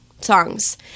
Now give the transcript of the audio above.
songs